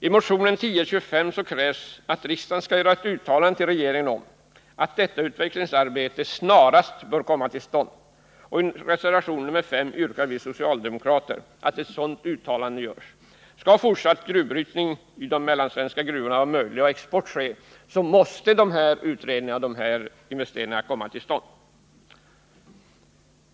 I motion 1025 krävs att riksdagen skall göra ett uttalande till regeringen om att detta utvecklingsarbete snarast bör komma tillstånd. I reservation nr 5 yrkar vi socialdemokrater att ett sådant uttalande görs. Skall fortsatt gruvbrytning i de mellansvenska gruvorna vara möjlig och export kunna ske måste dessa utredningar och investeringar komma till stånd.